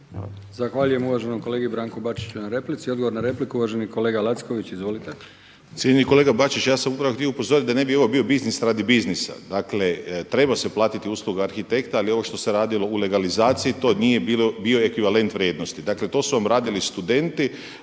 Zahvaljujem uvaženom kolegi Branku Bačiću na replici. Odgovor na repliku uvaženi kolega Lacković. Izvolite. **Lacković, Željko (Nezavisni)** Cijenjeni kolega Bačić, ja sam upravo htio upozoriti da ne bi ovo bio biznis radi biznisa. Dakle, treba se platiti usluga arhitekta, ali ovo što se radilo u legalizaciji, to nije bio ekvivalent vrijednosti. Dakle, to su vam radili studenti